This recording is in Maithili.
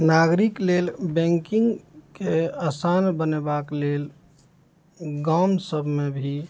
नागरिक लेल बैंकिंगके आसान बनेबाक लेल गाम सबमे भी